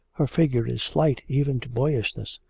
her figure is slight even to boyishness.